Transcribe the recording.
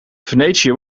venetië